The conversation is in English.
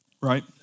right